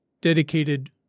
dedicated